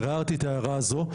כבר הערתי את ההערה הזו,